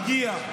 הגיע.